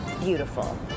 Beautiful